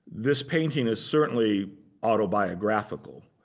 this painting is certainly autobiographical.